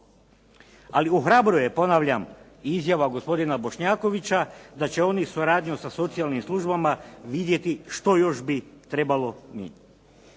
Ali ohrabruje, ponavljam, izjava gospodina Bošnjakovića da će oni suradnju sa socijalnim službama vidjeti što još bi trebalo